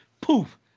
poof